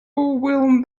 will